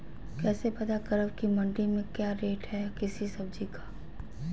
कैसे पता करब की मंडी में क्या रेट है किसी सब्जी का?